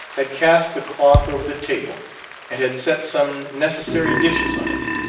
had cast the cloth over the table and had set some necessary dishes on it.